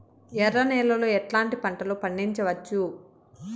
ఎర్ర నేలలో ఎట్లాంటి పంట లు పండించవచ్చు వచ్చు?